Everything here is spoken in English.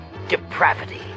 depravity